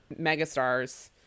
megastars